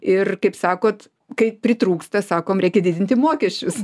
ir kaip sakot kai pritrūksta sakom reikia didinti mokesčius